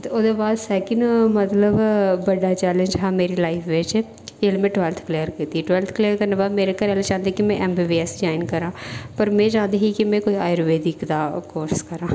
ते ओह्दे बाद सैकेंड मतलब बड्डा चैलेंज हा मेरी लाईफ बिच जेल्लै मे ट्वैल्फ्थ क्लीयर कीती ट्वैल्फ्थ क्लीयर करने दे बाद मेरे घरै आह्ले चांहदे कि में एमबीबीएस ज्वाईन करां पर में चांहदी ही में कोई आयुर्वैदिक दा कोर्स करां